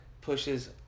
pushes